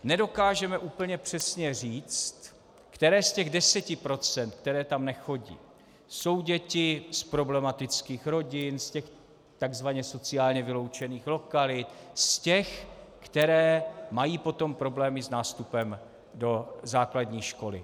Nedokážeme úplně přesně říct, které z těch 10 procent, které tam nechodí, jsou děti z problematických rodin, z těch takzvaně sociálně vyloučených lokalit, z těch, které mají potom problémy s nástupem do základní školy.